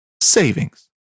savings